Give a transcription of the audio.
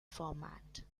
format